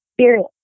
spirit